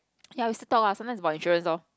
ya we still talk lah sometimes about insurance loh